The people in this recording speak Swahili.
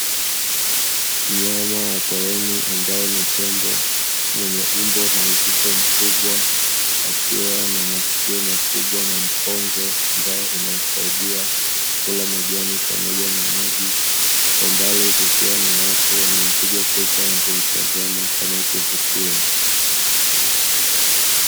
Mnyama wa porini ambao ni tembo, mwenye umbo na uzito mkubwa akiwa na masikio makubwa, na mkonge ambao unamsaidia kula majani pamoja na maji, kwa mbali kukiwa na watu wanaompiga picha na kumtazama kama kivutio.